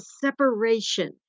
separation